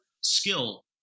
skill